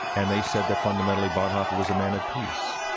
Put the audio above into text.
and they said that fundamentally bonhoeffer was a man at peace.